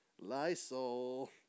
Lysol